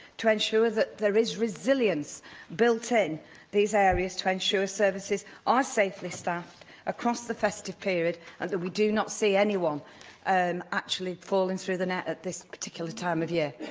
to ensure that there is resilience built in these areas to ensure services are safely staffed across the festive period and that we do not see anyone um actually falling through the net at this particular time of year?